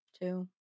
two